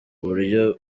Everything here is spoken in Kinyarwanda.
buryo